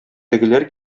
тегеләр